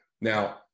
Now